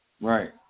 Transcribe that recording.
Right